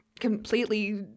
completely